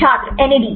छात्र एनएडी